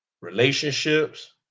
relationships